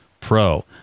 Pro